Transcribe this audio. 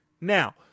Now